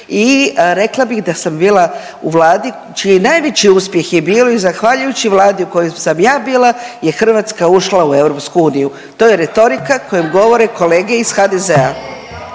i rekla bih da sam bila u vladi čiji najveći uspjeh je bilo i zahvaljujući vladi u kojoj sam ja bila je Hrvatska ušla u EU. To je retorika kojom govore kolege iz HDZ-a.